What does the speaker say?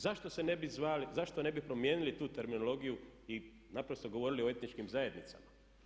Zašto se ne bi zvali, zašto ne bi promijenili tu terminologiju i naprosto govorili o etničkim zajednicama?